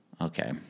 Okay